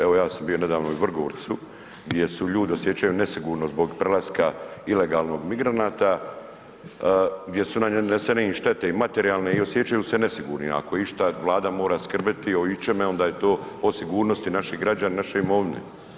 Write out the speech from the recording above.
Evo ja sam bio nedavno i u Vrgorcu, gdje se ljudi osjećaju nesigurno zbog prelaska ilegalnog migranata, gdje su nanesene im štete i materijale i osjećaju se nesigurnim, ako išta Vlada mora skrbiti o ičemu onda je to o sigurnosti naših građana i naše imovine.